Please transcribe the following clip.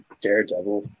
Daredevil